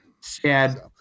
sad